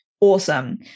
awesome